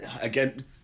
again